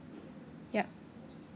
yup